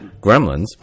Gremlins